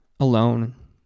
alone